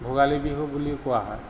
ভোগালী বিহু বুলিও কোৱা হয়